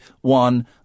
one